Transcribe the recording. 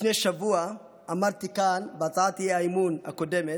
לפני שבוע אמרתי כאן בהצעת האי-אמון הקודמת,